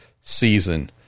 season